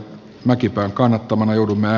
mäkipää kannattamana joudumme